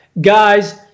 guys